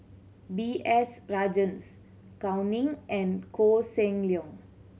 B S Rajhans Gao Ning and Koh Seng Leong